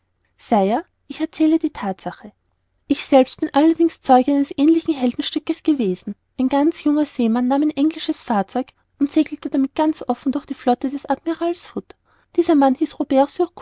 ich erzähle eine thatsache ich selbst bin allerdings zeuge eines ähnlichen heldenstückes gewesen ein ganz junger seemann nahm ein englisches fahrzeug und segelte damit ganz offen durch die flotte des admirales hood dieser mann hieß robert